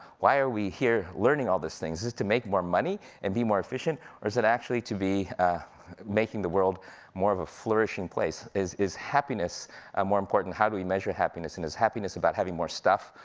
why are we here learning all those things? is it to make more money, and be more efficient? or is it actually to be making the world more of a flourishing place? is is happiness um more important, how do we measure happiness, and is happiness about having more stuff,